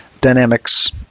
dynamics